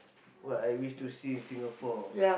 what I wish to see in Singapore